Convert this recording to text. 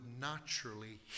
naturally